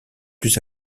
plus